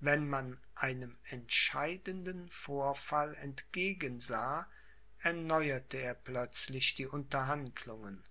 wenn man einem entscheidenden vorfall entgegensah erneuerte er plötzlich die unterhandlungen